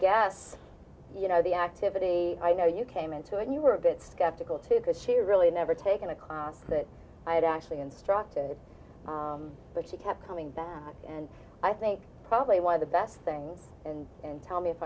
guess you know the activity i know you came in so and you were a bit skeptical too because she really never taken a class that i had actually instructed but he kept coming back and i think probably one of the best things and and tell me if